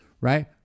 right